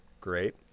Great